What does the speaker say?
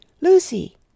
Lucy